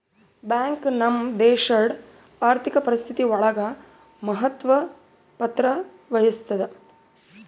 bank ನಮ್ ದೇಶಡ್ ಆರ್ಥಿಕ ಪರಿಸ್ಥಿತಿ ಒಳಗ ಮಹತ್ವ ಪತ್ರ ವಹಿಸುತ್ತಾ